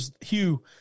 Hugh